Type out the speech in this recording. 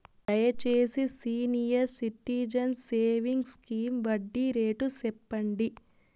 దయచేసి senior citizens savings scheme వడ్డీ rate సెప్పండి